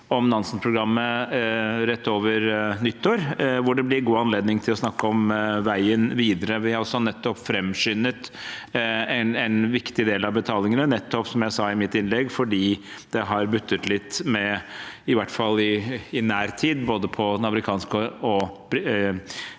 om Nansen-programmet rett over nyttår, hvor det blir god anledning til å snakke om veien videre. Vi har altså nettopp framskyndet en viktig del av betalingene, som jeg sa i mitt innlegg, nettopp fordi det har buttet litt med – i hvert fall i nær tid – både amerikanske og